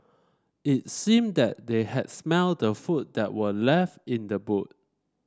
it seemed that they had smelt the food that were left in the boot